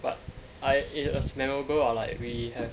but I in a similar goal like we have